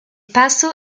paso